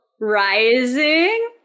rising